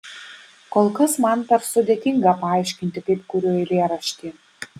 kol kas man per sudėtinga paaiškinti kaip kuriu eilėraštį